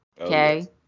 okay